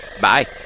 Bye